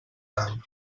tant